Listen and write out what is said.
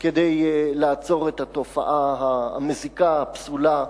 כדי לעצור את התופעה המזיקה, הפסולה,